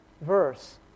verse